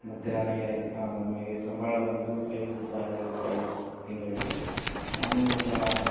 ಮತ್ತೆ ನನಗೆ ನಮಗೆ ಸಂಬಳ ಬಂದು ಐವತ್ತು ಸಾವಿರ ರೂಪಾಯಿ ತಿಂಗಳಿಗೆ ನಾನು ಒಬ್ಬ